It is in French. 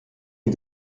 est